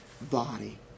body